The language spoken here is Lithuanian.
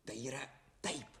tai yra taip